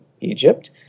Egypt